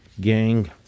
gang